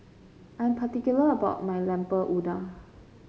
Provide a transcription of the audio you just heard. I'm particular about my Lemper Udang